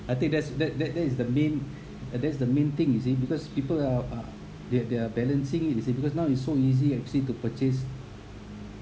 I think that's that that that is the main and that's the main thing you see because people are they're they're balancing you see because now it's so easy actually to purchase